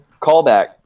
callback